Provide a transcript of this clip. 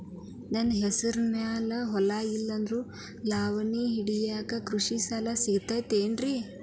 ನನ್ನ ಹೆಸರು ಮ್ಯಾಲೆ ಹೊಲಾ ಇಲ್ಲ ಆದ್ರ ಲಾವಣಿ ಹಿಡಿಯಾಕ್ ಕೃಷಿ ಸಾಲಾ ಸಿಗತೈತಿ ಏನ್ರಿ?